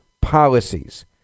policies